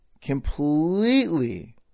completely